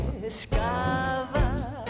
discover